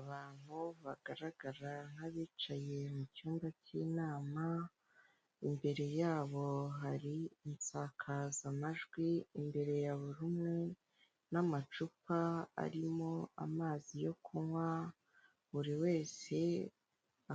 Abantu bagaragara nk'abicaye mu cyumba cy'inama, imbere yabo hari insakazamajwi, imbere ya buri umwe, n'amacupa arimo amazi yo kunywa, buri wese